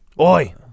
Oi